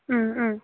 ꯎꯝ ꯎꯝ